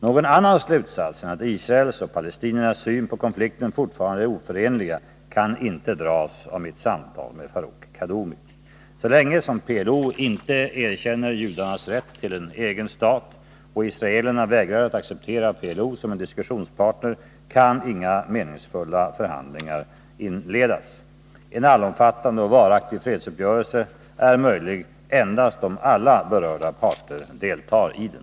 Någon annan slutsats än att Israels och palestiniernas syn på konflikten fortfarande är oförenliga kan ej dras av mitt samtal med Farouk Kaddoumi. Så länge som PLO inte erkänner judarnas rätt till en egen stat och israelerna vägrar att acceptera PLO som en diskussionspartner kan inga meningsfulla förhandlingar inledas. En allomfattande och varaktig fredsuppgörelse är möjlig endast om alla berörda parter deltar i den.